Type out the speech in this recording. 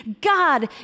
God